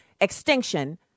extinction